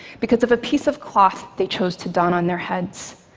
because of a piece of cloth they chose to don on their heads,